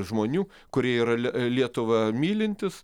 žmonių kurie yra le lietuvą mylintys